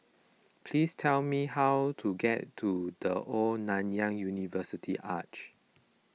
please tell me how to get to the Old Nanyang University Arch